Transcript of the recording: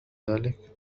ذلك